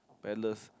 paddlers